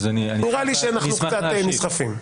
נראה לי שאנחנו קצת נסחפים.